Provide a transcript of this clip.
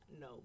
no